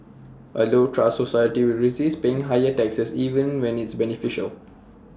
A low trust society will resist paying higher taxes even when it's beneficial